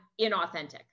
inauthentic